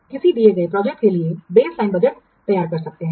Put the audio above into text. किसी दिए गए प्रोजेक्ट के लिए बेसलाइन बजट तैयार कर सकते हैं